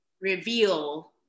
reveal